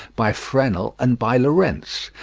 by fresnel, and by lorentz.